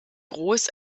groß